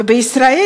ובישראל,